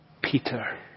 peter